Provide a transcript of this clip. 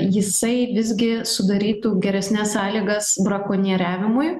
jisai visgi sudarytų geresnes sąlygas brakonieriavimui